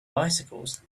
bicycles